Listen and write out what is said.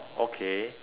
okay